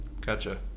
Gotcha